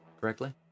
correctly